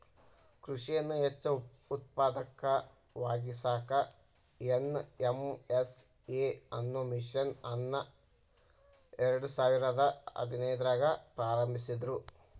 ಕೃಷಿಯನ್ನ ಹೆಚ್ಚ ಉತ್ಪಾದಕವಾಗಿಸಾಕ ಎನ್.ಎಂ.ಎಸ್.ಎ ಅನ್ನೋ ಮಿಷನ್ ಅನ್ನ ಎರ್ಡಸಾವಿರದ ಹದಿನೈದ್ರಾಗ ಪ್ರಾರಂಭಿಸಿದ್ರು